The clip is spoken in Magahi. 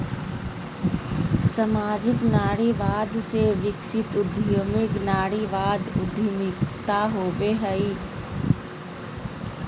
सामाजिक नारीवाद से विकसित उद्यमी नारीवादी उद्यमिता होवो हइ